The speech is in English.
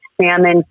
salmon